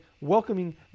welcoming